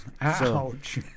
Ouch